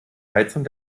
heizung